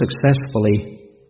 successfully